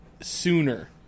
sooner